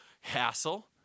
hassle